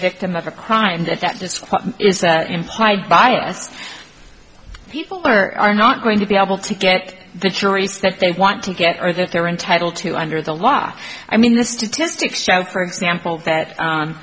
victim of a crime that that just is implied biased people are are not going to be able to get the choice that they want to get or that they're entitled to under the law i mean the statistics show for example that